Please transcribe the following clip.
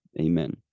Amen